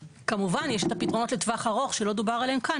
כמובן שיש את הפתרונות לטווח ארוך שלא דובר עליהם כאן.